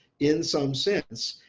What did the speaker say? in some sense,